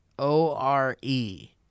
O-R-E